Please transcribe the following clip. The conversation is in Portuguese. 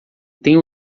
têm